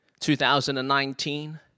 2019